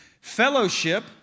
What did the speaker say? Fellowship